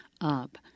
up